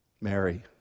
Mary